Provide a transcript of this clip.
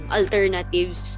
alternatives